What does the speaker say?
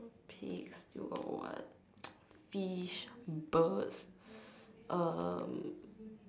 pigs you got what fish birds um